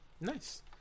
nice